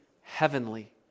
heavenly